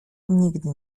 nigdy